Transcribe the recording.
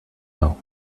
know